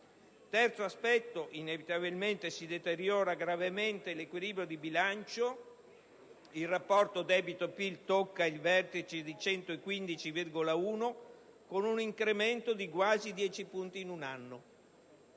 terzo luogo, inevitabilmente si deteriora gravemente l'equilibrio di bilancio, e il rapporto debito-PIL tocca il vertice del 115,1 per cento, con un incremento di quasi 10 punti in un anno,